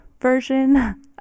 version